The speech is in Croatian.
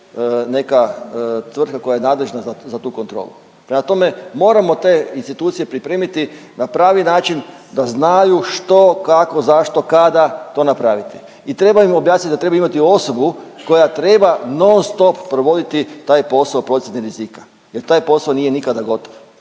neka tvrtka koja je nadležna za tu kontrolu. Prema tome, moramo te institucije pripremiti na pravi način da znaju što, kako, zašto, kada to napraviti. I treba im objasniti da trebaju imati osobu koja treba non-stop provoditi taj posao procjene rizika, jer taj posao nije nikada gotov.